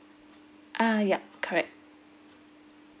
ah yup correct